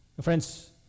Friends